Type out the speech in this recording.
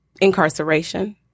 incarceration